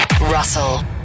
Russell